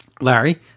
Larry